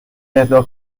اهدا